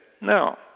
No